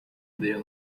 mbere